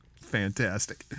Fantastic